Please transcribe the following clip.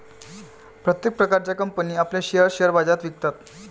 प्रत्येक प्रकारच्या कंपनी आपले शेअर्स शेअर बाजारात विकतात